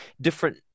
different